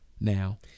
now